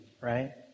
right